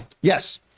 Yes